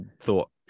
thought